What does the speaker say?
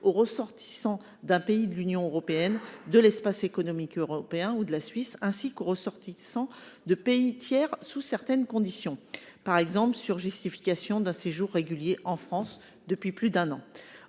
ressortissants des pays de l’Union européenne, de l’Espace économique européen ou de la Suisse, ainsi qu’aux ressortissants de pays tiers sous certaines conditions, par exemple s’ils justifient d’un séjour régulier en France depuis plus d’un an.